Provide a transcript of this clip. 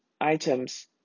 items